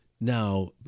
Now